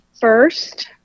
first